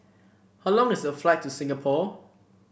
how long is the flight to Singapore